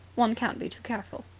one can't be too careful.